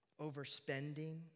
overspending